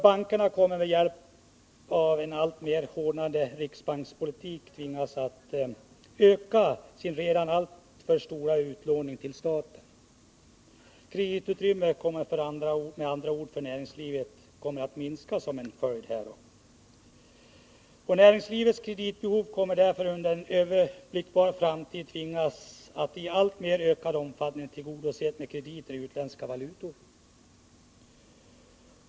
Bankerna kommer, på grund av en alltmer hårdnande riksbankspolitik, att tvingas öka sin redan alltför stora utlåning till staten. Kreditutrymmet för näringslivet kommer med andra ord att minska som en följd härav. Näringslivets kreditbehov kommer därför, under en överblickbar framtid, med nödvändighet att i alltmer ökad omfattning tillgodoses med krediter i utländska valutor.